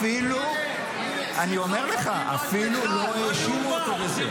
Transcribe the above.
אני אומר לך, אפילו לא האשימו אותו בזה.